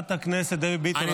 חברת הכנסת דבי ביטון,